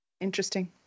Interesting